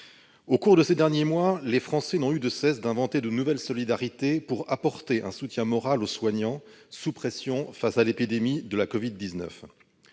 au cours des derniers mois, les Français n'ont eu de cesse d'inventer de nouvelles solidarités pour apporter un soutien moral aux soignants sous pression face à l'épidémie de la Covid-19.